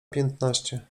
piętnaście